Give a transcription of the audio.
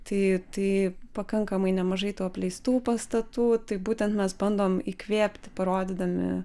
tai tai pakankamai nemažai tų apleistų pastatų tai būtent mes bandom įkvėpti parodydami